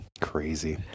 crazy